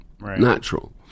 natural